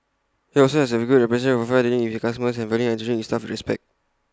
IT also has A good reputation for fair dealing with its customers and valuing and treating its staff with respect